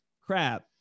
crap